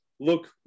look